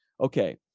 Okay